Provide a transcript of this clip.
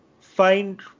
find